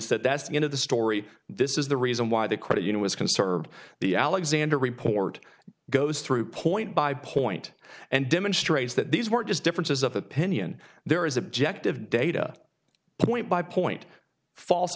that that's the end of the story this is the reason why the credit you know is conserved the alexander report goes through point by point and demonstrates that these weren't just differences of opinion there is objective data point by point fals